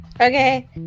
Okay